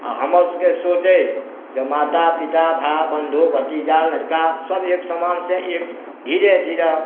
आ हमर सभके सोच एहि जे माता पिता भाई बन्धु भतीजा लड़का सभ एक समान से एक धीरे धीरे